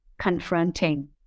Confronting